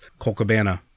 Colcabana